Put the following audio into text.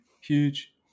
huge